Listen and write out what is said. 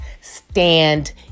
stand